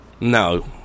No